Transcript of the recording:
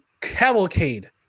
cavalcade